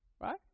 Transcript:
Right